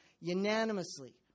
unanimously